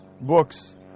books